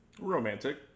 romantic